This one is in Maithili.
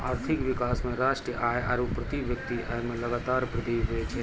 आर्थिक विकास मे राष्ट्रीय आय आरू प्रति व्यक्ति आय मे लगातार वृद्धि हुवै छै